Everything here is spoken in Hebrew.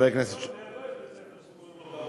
לידו יש בית-ספר שקוראים לו "גאון",